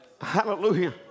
Hallelujah